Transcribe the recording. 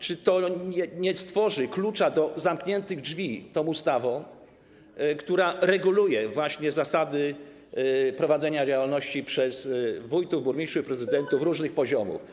Czy nie stworzy się klucza do zamkniętych drzwi tą ustawą, która reguluje zasady prowadzenia działalności przez wójtów, burmistrzów i prezydentów różnych poziomów?